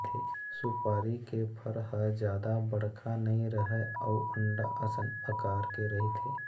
सुपारी के फर ह जादा बड़का नइ रहय अउ अंडा असन अकार के रहिथे